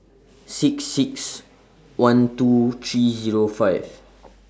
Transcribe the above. six six one two three Zero five